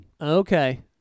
okay